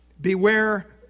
Beware